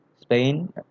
Spain